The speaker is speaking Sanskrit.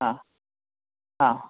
हा हा